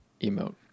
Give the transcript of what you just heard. emote